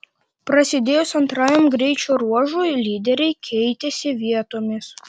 prasidėjus antrajam greičio ruožui lyderiai keitėsi vietomis